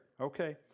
okay